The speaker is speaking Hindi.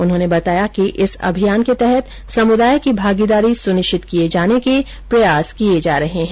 उन्होंने बताया कि इस अभियान के तहत समुदाय की भागीदारी सुनिश्चित किए जाने के प्रयास किए जा रहे हैं